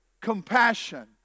compassion